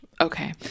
Okay